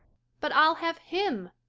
but i'll have him.